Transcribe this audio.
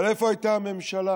אבל איפה הייתה הממשלה?